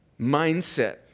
mindset